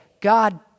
God